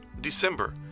December